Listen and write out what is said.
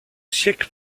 siècle